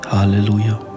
Hallelujah